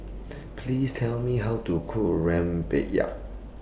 Please Tell Me How to Cook Rempeyek